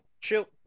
chill